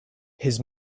his